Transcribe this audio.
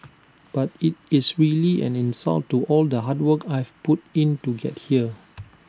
but IT is really an insult to all the hard work I've put in to get here